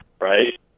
Right